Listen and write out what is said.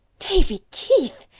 davy keith!